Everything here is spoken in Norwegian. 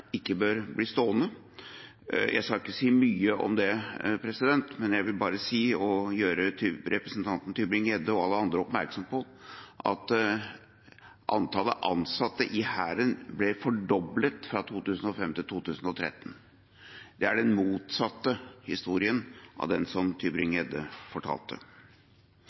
ikke bør bli stående. Jeg skal ikke si mye om det, men jeg vil bare gjøre representanten Tybring-Gjedde og alle andre oppmerksom på at antallet ansatte i Hæren ble fordoblet fra 2005 til 2013. Det er den motsatte historien av den Tybring-Gjedde fortalte.